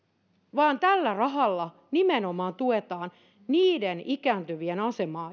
vaan tällä rahalla nimenomaan tuetaan niiden ikääntyvien asemaa